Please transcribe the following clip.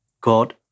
God